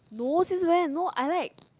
no since when no I like